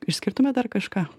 išskirtumėt dar kažką